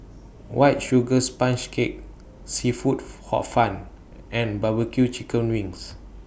White Sugar Sponge Cake Seafood Hor Fun and Barbecue Chicken Wings